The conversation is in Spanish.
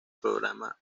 programa